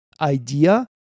idea